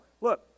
Look